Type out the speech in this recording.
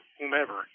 whomever